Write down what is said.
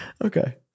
Okay